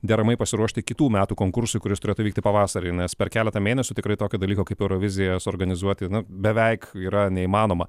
deramai pasiruošti kitų metų konkursui kuris turėtų vykti pavasarį nes per keletą mėnesių tikrai tokio dalyko kaip eurovizija suorganizuoti na beveik yra neįmanoma